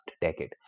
decade